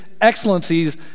excellencies